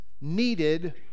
needed